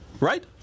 Right